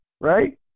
right